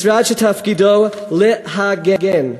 משרד שתפקידו להגן,